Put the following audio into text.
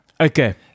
Okay